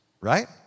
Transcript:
right